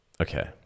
Okay